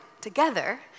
Together